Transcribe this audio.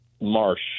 Marsh